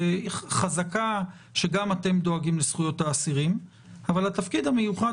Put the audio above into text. חזקה שגם אתם דואגים לזכויות האסירים אבל התפקיד המיוחד